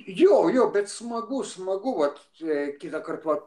jo jo bet smagu smagu vat kitąkart vat